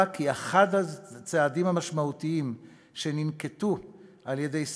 כי אחד הצעדים המשמעותיים שננקטו על-ידיו,